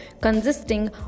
consisting